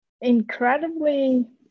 incredibly